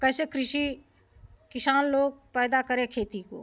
कैसे कृषि किसान लोग पैदा करें खेती को